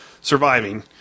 surviving